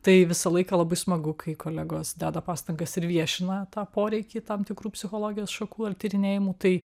tai visą laiką labai smagu kai kolegos deda pastangas ir viešina tą poreikį tam tikrų psichologijos šakų ar tyrinėjimų tai